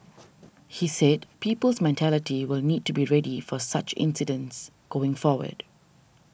he said people's mentality will need to be ready for such incidents going forward